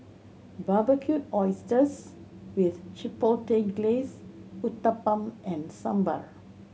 Barbecued Oysters with Chipotle Glaze Uthapam and Sambar